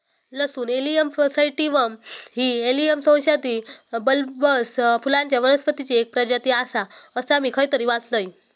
लसूण allium sativum ही allium वंशातील बल्बस फुलांच्या वनस्पतीची एक प्रजाती आसा, असा मी खयतरी वाचलंय